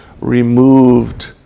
removed